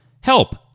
Help